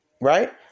Right